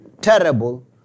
terrible